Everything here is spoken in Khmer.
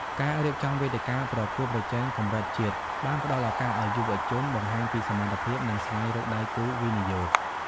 ការរៀបចំវេទិកាប្រកួតប្រជែងកម្រិតជាតិបានផ្ដល់ឱកាសឱ្យយុវជនបង្ហាញពីសមត្ថភាព និងស្វែងរកដៃគូវិនិយោគ។